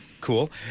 Cool